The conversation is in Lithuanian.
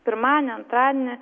pirmadienį antradienį